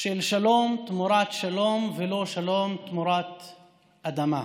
של שלום תמורת שלום, ולא שלום תמורת אדמה.